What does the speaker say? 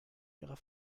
ihrer